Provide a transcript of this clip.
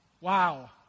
Wow